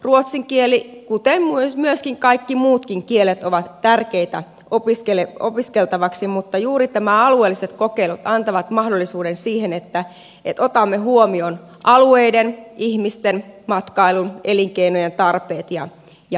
ruotsin kieli kuten myöskin kaikki muutkin kielet on tärkeä opiskeltavaksi mutta juuri nämä alueelliset kokeilut antavat mahdollisuuden siihen että otamme huomioon alueiden ihmisten matkailun elinkeinojen tarpeet ja mahdollisuudet